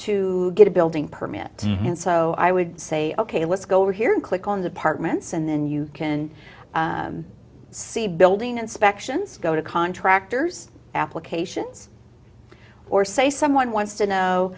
to get a building permit and so i would say ok let's go over here and click on the partment and then you can see building inspections go to contractors applications or say someone wants to know